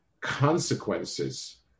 consequences